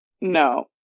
no